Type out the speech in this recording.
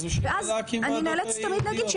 ואז אני נאלצת להגיד,